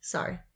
Sorry